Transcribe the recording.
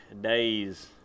days